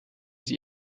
sie